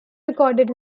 recorded